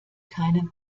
keinen